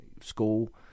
school